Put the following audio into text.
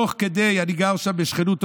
אני גר שם בשכנות,